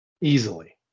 Easily